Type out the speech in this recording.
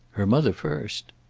her mother first.